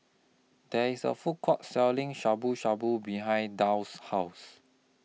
There IS A Food Court Selling Shabu Shabu behind Dow's House